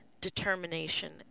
Determination